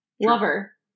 Lover